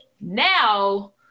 Now